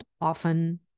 often